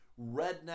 redneck